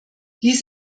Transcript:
dies